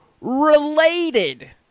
related